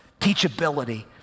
teachability